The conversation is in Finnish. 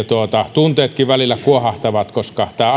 tunteetkin välillä kuohahtavat koska tämä